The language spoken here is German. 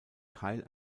teil